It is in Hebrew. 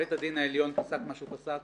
בית הדין העליון פסק את מה שהוא פסק.